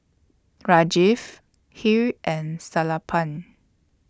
Hri and Sellapan